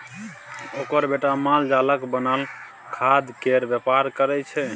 ओकर बेटा मालजालक बनल खादकेर बेपार करय छै